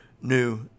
new